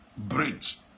bridge